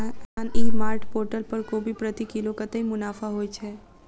किसान e mart portal पर कोबी प्रति किलो कतै मुनाफा होइ छै?